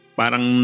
parang